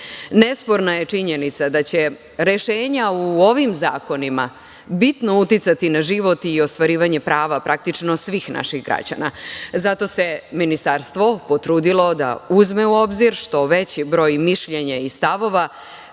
zakona. Nesporna je činjenica da će rešenja u ovim zakonima bitno uticati na život i ostvarivanje prava praktično svih naših građana. Zato se Ministarstvo potrudilo da uzme u obzir što veći broj mišljenja i stavova